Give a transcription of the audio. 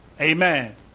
Amen